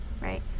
right